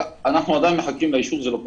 אנחנו עדיין מחכים לאישור, זה לא קרה.